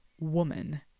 woman